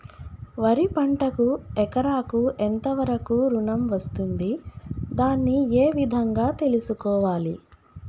వరి పంటకు ఎకరాకు ఎంత వరకు ఋణం వస్తుంది దాన్ని ఏ విధంగా తెలుసుకోవాలి?